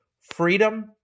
freedom